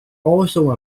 also